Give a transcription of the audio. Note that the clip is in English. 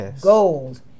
gold